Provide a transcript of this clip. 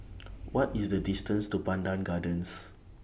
What IS The distance to Pandan Gardens